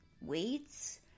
weights